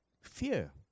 Fear